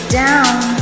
down